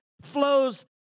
flows